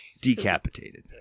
Decapitated